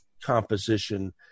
composition